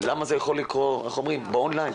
למה זה לא יכול לקרות באון ליין?